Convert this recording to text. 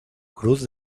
cruz